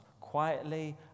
quietly